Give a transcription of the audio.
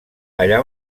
allà